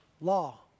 law